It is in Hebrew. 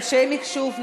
אנשי המחשוב,